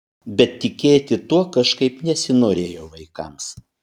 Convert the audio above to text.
bet tikėti tuo kažkaip nesinorėjo vaikams